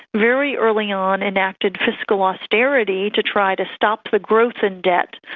very early on enacted fiscal austerity to try to stop the growth in debt,